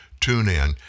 TuneIn